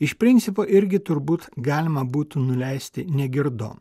iš principo irgi turbūt galima būtų nuleisti negirdom